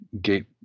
gate